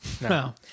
No